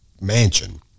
mansion